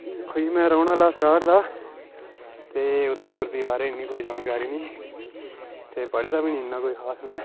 दिक्खो जी में रौह्ने आह्ला सराड़ दा ते उधमपुर दी बारे च कोई इन्नी जानकारी नेईं ते पढ़े दा बी नेईं इन्ना कोई खास में